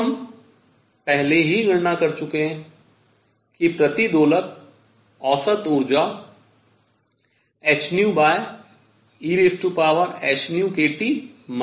अब हम पहले ही गणना कर चुके हैं कि प्रति दोलक औसत ऊर्जा hehνkT 1 के बराबर है